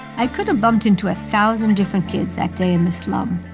i could have bumped into a thousand different kids that day in the slum.